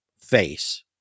face